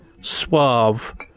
suave